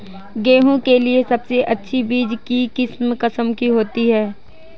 गेहूँ के लिए सबसे अच्छी बीज की किस्म कौनसी है?